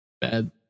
bad